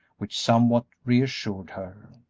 which somewhat reassured her.